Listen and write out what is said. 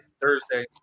Thursday